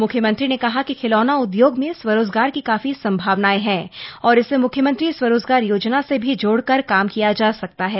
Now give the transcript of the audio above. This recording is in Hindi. मुख्यमंत्री ने कहा कि खिलौना उद्योग में स्वरोजगार की काफी सम्भावनाएं है और इसे मुख्यमंत्री स्वरोजगार योजना से भी जोड़ कर काम किया जा सकता है